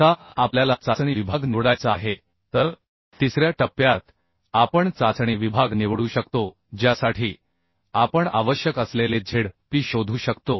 आता आपल्याला चाचणी विभाग निवडायचा आहे तर तिसऱ्या टप्प्यात आपण चाचणी विभाग निवडू शकतो ज्यासाठी आपण आवश्यक असलेले zp शोधू शकतो